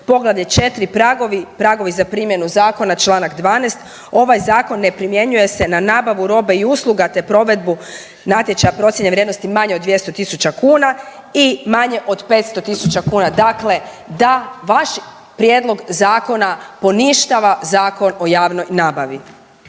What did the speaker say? Poglavlje 4. pragovi, pragovi za primjenu zakona Članak 12. ovaj zakon ne primjenjuje se na nabavu robe i usluga te provedbu natječaja procijene vrijednosti manje od 200.000 kuna i manje od 500.000 kuna. Dakle, da vaš prijedlog zakona poništava Zakon o javnoj nabavi.